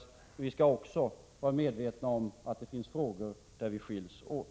Men vi skall också vara medvetna om att det finns frågor där vi skiljs åt.